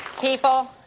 People